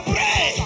Pray